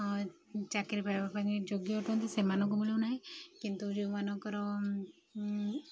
ଚାକିରି ପାଇବା ପାଇଁ ଯୋଗ୍ୟ ଅଟନ୍ତି ସେମାନଙ୍କୁ ମିଳୁନାହିଁ କିନ୍ତୁ ଯୋଉଁମାନଙ୍କର